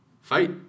Fight